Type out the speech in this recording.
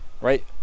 right